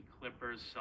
Clippers